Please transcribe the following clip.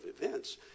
events